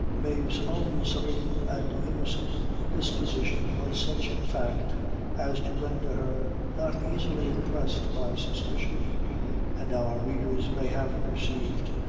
mave's own serene and innocent disposition was such in fact as to render her not easily impressed by suspicion and our readers may have perceived,